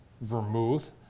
vermouth